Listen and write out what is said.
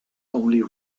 only